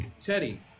Teddy